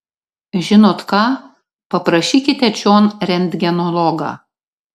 žinot ką paprašykite čion rentgenologą